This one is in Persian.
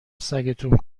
سگتون